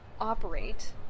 operate